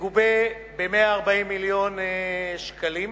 מגובה ב-140 מיליון ש"ח,